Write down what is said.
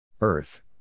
Earth